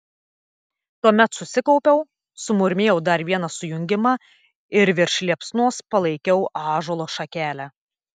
tuomet susikaupiau sumurmėjau dar vieną sujungimą ir virš liepsnos palaikiau ąžuolo šakelę